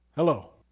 Hello